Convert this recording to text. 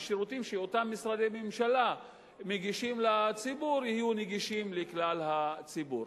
השירותים שאותם משרדי ממשלה מגישים לציבור יהיו נגישים לכלל הציבור.